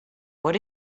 what